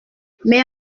mais